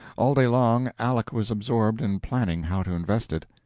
all day long aleck was absorbed in planning how to invest it,